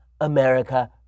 America